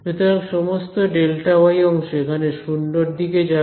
সুতরাং সমস্ত Δy অংশ এখানে 0 এর দিকে যাবে